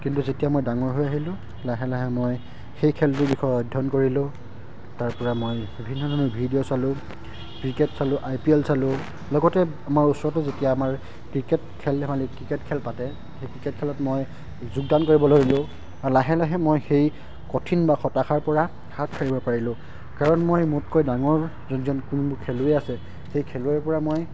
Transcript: কিন্তু যেতিয়া মই ডাঙৰ হৈ আহিলোঁ লাহে লাহে মই সেই খেলটোৰ বিষয়ে অধ্যয়ন কৰিলোঁ তাৰপৰা মই বিভিন্ন ধৰণৰ ভিডিঅ' চালোঁ ক্ৰিকেট চালোঁ আই পি এল চালোঁ লগতে আমাৰ ওচৰতে যেতিয়া আমাৰ ক্ৰিকেট খেল ধেমালি ক্ৰিকেট খেল পাতে সেই ক্ৰিকেট খেলত মই যোগদান কৰিবলৈ ল'লোঁ আৰু লাহে লাহে মই সেই কঠিন বা হতাশাৰ পৰা হাত সাৰিব পাৰিলোঁ কাৰণ মই মোতকৈ ডাঙৰ যোনজন যোনবোৰ খেলুৱৈ আছে সেই খেলুৱৈৰ পৰা মই